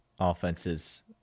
offenses